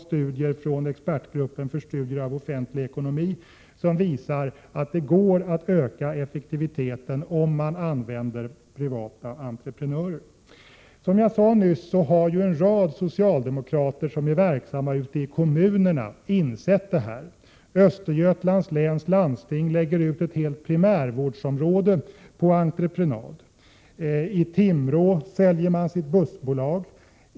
Studier från expertgruppen för studier av offentlig ekonomi, ESO, tyder på att det går att öka effektiviteten om man använder privata entreprenörer. Som jag sade nyss har en rad socialdemokrater som är verksamma ute i kommunerna insett detta. Östergötlands läns landsting lägger ut ett helt primärvårdsområde på entreprenad. I Timrå säljer man sitt bussbolag.